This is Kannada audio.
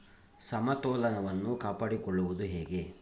ಸಮತೋಲನವನ್ನು ಕಾಪಾಡಿಕೊಳ್ಳುವುದು ಹೇಗೆ?